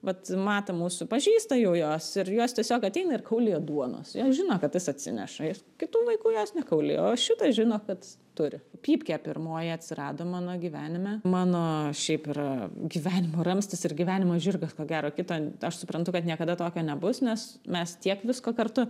vat mato mūsų pažįsta jau juos ir jos tiesiog ateina ir kaulija duonos jos žino kad jis atsineša ir kitų vaikų jos nekaulija o šitas žino kad turi pypkė pirmoji atsirado mano gyvenime mano šiaip yra gyvenimo ramstis ir gyvenimo žirgas ko gero kito aš suprantu kad niekada tokio nebus nes mes tiek visko kartu